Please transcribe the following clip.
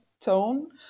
tone